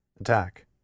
attack